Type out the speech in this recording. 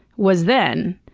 was then.